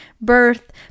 birth